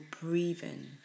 breathing